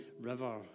river